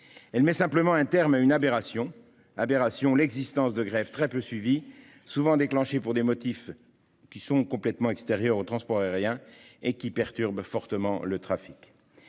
elle met simplement un terme à une aberration : le fait que des grèves très peu suivies, souvent déclenchées pour des motifs complètement extérieurs au transport aérien, perturbent fortement le trafic.